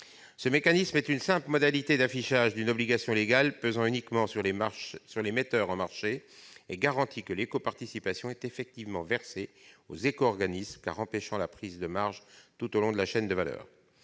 Ce mécanisme, simple modalité d'affichage d'une obligation légale et reposant uniquement sur les metteurs en marché, garantit que l'éco-participation est effectivement versée aux éco-organismes en empêchant la prise de marge tout au long de la chaîne de valeur.